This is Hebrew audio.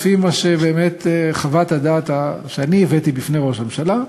לפי חוות הדעת שאני הבאתי בפני ראש הממשלה,